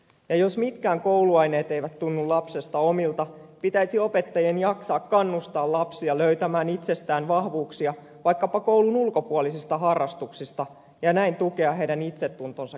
ja jos mitkään kouluaineet eivät tunnu lapsesta omilta pitäisi opettajien jaksaa kannustaa lapsia löytämään itsestään vahvuuksia vaikkapa koulun ulkopuolisista harrastuksista ja näin tukea heidän itsetuntonsa kehittämistä